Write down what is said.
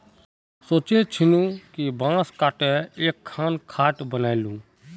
सोचे छिल जे बांस काते एकखन खाट बनइ ली